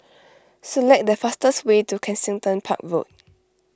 select the fastest way to Kensington Park Road